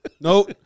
No